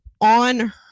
on